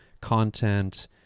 content